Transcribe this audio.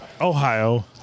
Ohio